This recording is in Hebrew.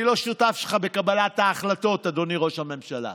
אני לא שותף שלך בקבלת ההחלטות, אדוני ראש הממשלה.